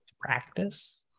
practice